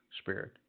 spirit